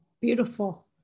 beautiful